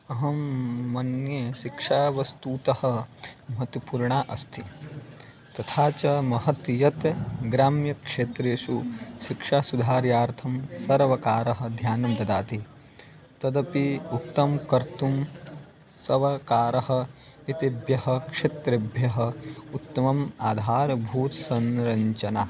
अहं मन्ये शिक्षा वस्तुतः महत्त्वपूर्णा अस्ति तथा च महत् यत् ग्राम्यक्षेत्रेषु शिक्षासुधारणार्थं सर्वकारः ध्यानं ददाति तदपि उत्तमं कर्तुं सर्वकारः एतेभ्यः क्षेत्रेभ्यः उत्तमम् आधारभूता संरचना